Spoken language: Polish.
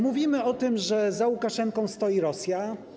Mówimy o tym, że za Łukaszenką stoi Rosja.